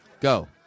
Go